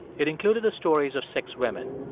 it included the stories of six women.